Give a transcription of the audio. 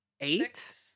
Eight